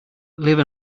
live